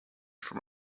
from